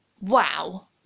wow